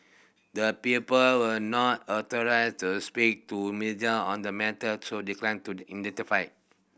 the people were not authorised to speak to media on the matter so declined to the identified